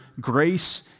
grace